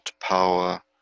power